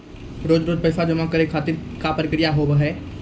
रोज रोज पैसा जमा करे खातिर का प्रक्रिया होव हेय?